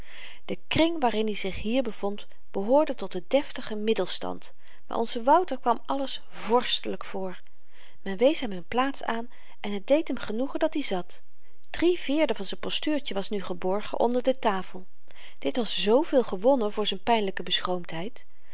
de kring waarin hy zich hier bevond behoorde tot den deftigen middelstand maar onzen wouter kwam alles vorstelyk voor men wees hem n plaats aan en t deed hem genoegen dat-i zat drievierde van z'n postuurtje was nu geborgen onder de tafel dit was zveel gewonnen voor z'n